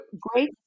great